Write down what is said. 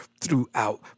throughout